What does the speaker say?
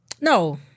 No